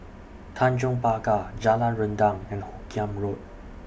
Tanjong Pagar Jalan Rendang and Hoot Kiam Road